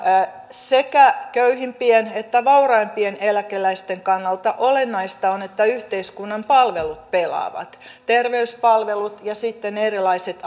sekä köyhimpien että vauraimpien eläkeläisten kannalta olennaista on että yhteiskunnan palvelut pelaavat terveyspalvelut ja sitten erilaiset